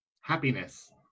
happiness